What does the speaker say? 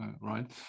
right